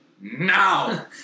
now